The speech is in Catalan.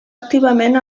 activament